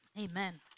Amen